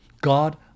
God